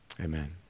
amen